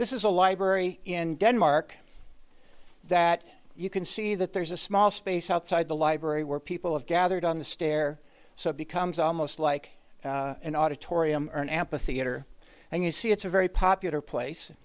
this is a library in denmark that you can see that there's a small space outside the library where people have gathered on the stair so it becomes almost like an auditorium ampitheater and you see it's a very popular place